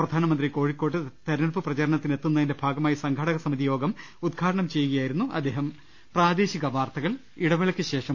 പ്രധാനമന്ത്രി കോഴിക്കോട്ട് തെരഞ്ഞെടുപ്പ് പ്രചരണത്തിനെത്തുന്നതിന്റെ ഭാഗമായി സംഘാടക സമിതി യോഗം ഉദ്ഘാടനം ചെയ്യുകയായിരുന്നു അദ്ദേഹം